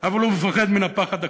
אבל הוא מפחד מן הפחד הקרוב,